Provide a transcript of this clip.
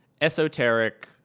esoteric